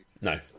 no